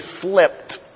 slipped